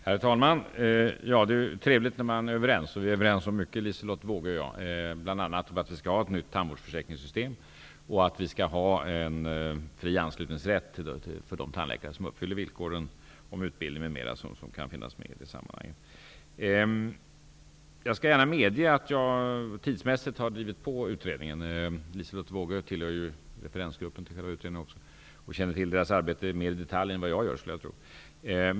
Herr talman! Det är trevligt när man är överens, och Liselotte Wågö och jag är överens om mycket, bl.a. att vi skall ha ett nytt tandvårdsförsäkringssystem och att vi skall ha en fri anslutningsrätt för de tandläkare som uppfyller villkoren om utbildning, och även annat som kan finnas med i det sammanhanget. Jag skall gärna medge att jag tidsmässigt har drivit på utredningen. Liselotte Wågö tillhör ju också referensgruppen till själva utredningen. Hon känner säkert till utredningens arbete mer i detalj än vad jag gör, skulle jag tro.